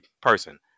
person